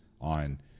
on